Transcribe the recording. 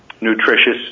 nutritious